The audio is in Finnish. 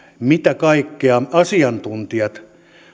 mitä kaikkea asiantuntijat